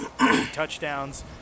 Touchdowns